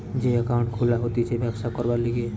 যে একাউন্ট খুলা হতিছে ব্যবসা করবার লিগে